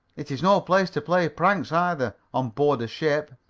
it is no place to play pranks, either, on board a ship.